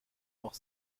noch